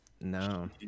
No